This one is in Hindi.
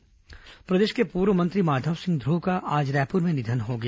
माधव सिंह ध्रुव निधन प्रदेश के पूर्व मंत्री माधव सिंह ध्रुव का आज रायपुर में निधन हो गया